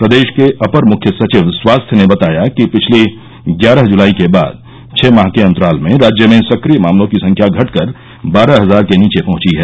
प्रदेश के अपर मुख्य सचिव स्वास्थ ने बताया कि पिछली ग्यारह जुलाई के बाद छह माह के अंतराल में राज्य में सक्रिय मामलों की संख्या घटकर बारह हजार के नीचे पहंची है